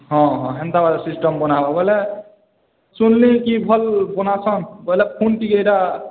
ହଁ ହଁ ହେନ୍ତା ବାଲା ସିଷ୍ଟମ୍ ବନାହେବ ବୋଇଲେ ସୁନଲି କି ଭଲ୍ ବନାଛନ୍ ବୋଇଲେ ଫୁଣି ଟିକେ ଏଇଟା